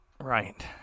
Right